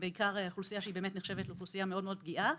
שנחשבות לאוכלוסייה מאוד פגיעה.